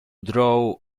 draw